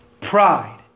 Pride